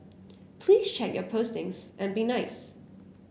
please check your postings and be nice